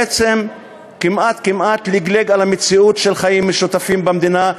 בעצם כמעט כמעט לגלג על המציאות של חיים משותפים במדינה,